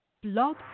Blog